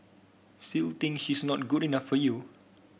still think she's not good enough for you